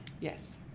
Yes